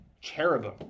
cherubim